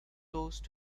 closed